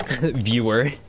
Viewer